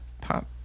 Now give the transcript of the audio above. pop